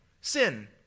sin